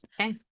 okay